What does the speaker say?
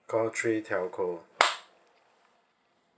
call three telco